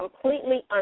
completely